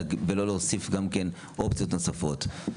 ולא להוסיף גם כן אופציות נוספות.